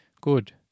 Good